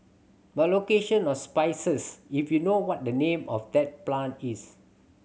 by location or species if you know what the name of the plant is